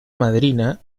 madrina